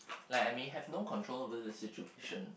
like I may have no control over the situation